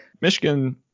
Michigan